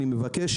אני מבקש